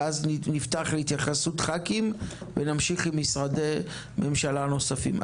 נפתח להתייחסות חברי הכנסת ונמשיך עם משרדי ממשלה נוספים.